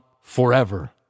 forever